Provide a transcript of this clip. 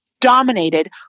dominated